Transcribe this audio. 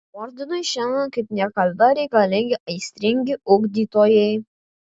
ordinui šiandien kaip niekada reikalingi aistringi ugdytojai